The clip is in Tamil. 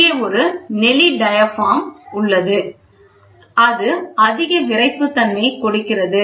இங்கே ஒரு நெளி டயாபிராம் உள்ளது அது அதிக விறைப்புத் தன்மையை கொடுக்கிறது